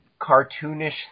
cartoonish